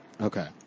Okay